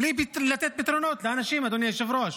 בלי לתת פתרונות לאנשים, אדוני היושב-ראש.